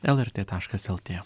lrt taškas lt